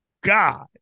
God